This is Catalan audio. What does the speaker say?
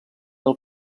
del